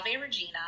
Regina